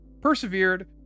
persevered